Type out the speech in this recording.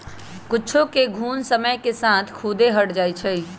कुछेक घुण समय के साथ खुद्दे हट जाई छई